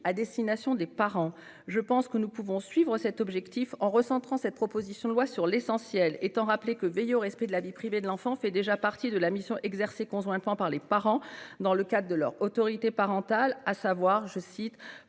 à destination des parents. Je pense que nous pouvons souscrire à cet objectif en recentrant cette proposition de loi sur l'essentiel, sans oublier que veiller au respect de la vie privée de l'enfant fait déjà partie de la mission exercée conjointement par les parents dans le cadre de l'autorité parentale, à savoir «